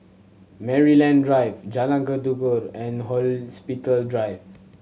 Maryland Drive Jalan Tekukor and Hospital Drive